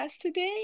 today